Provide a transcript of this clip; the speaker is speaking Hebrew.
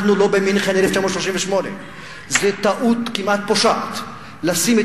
אנחנו לא במינכן 1938. זו טעות כמעט פושעת לשים את